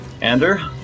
Ander